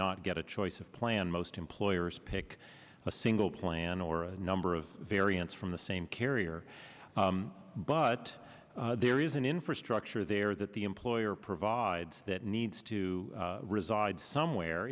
not get a choice of plan most employers pick a single plan or a number of variance from the same carrier but there is an infrastructure there that the employer provides that needs to reside somewhere